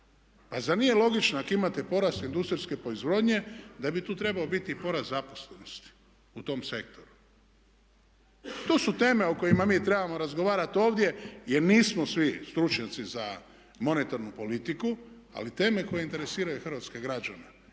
Pa zar nije logično ako imate porast industrijske proizvodnje da bi tu trebao biti i porast zaposlenosti u tom sektoru. To su teme o kojima mi trebamo razgovarati ovdje jer nismo svi stručnjaci za monetarnu politiku ali teme koje interesiraju hrvatske građane